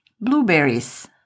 blueberries